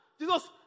Jesus